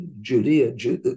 Judea